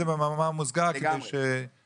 זה במאמר מוסגר כדי שזה יהיה בסיכום.